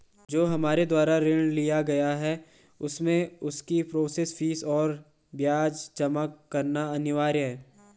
जो हमारे द्वारा ऋण लिया गया है उसमें उसकी प्रोसेस फीस और ब्याज जमा करना अनिवार्य है?